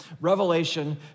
Revelation